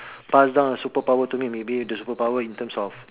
pass down a superpower to me maybe the superpower in terms of